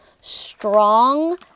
Strong